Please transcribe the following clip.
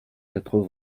quatre